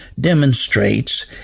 demonstrates